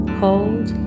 hold